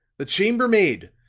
the chambermaid?